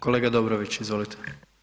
Kolega Dobrović, izvolite.